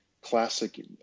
classic